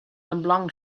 oblong